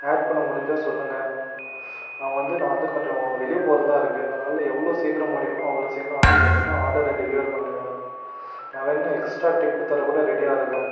add பண்ண முடிஞ்சால் சொல்லுங்கள் நான் வந்து நான் வந்து கொஞ்சம் வெளியே போகிறதா இருக்குது அதனால் எவ்வளோ சீக்கிரம் முடியுமோ அவ்வளோ சீக்கிரம் வந்து பார்த்தீங்கனா ஆர்டரை டெலிவர் பண்ணுங்கள் நான் வேணால் எக்ஸ்ட்ரா டிப்பு தரக்கூட ரெடியாக இருக்கேன்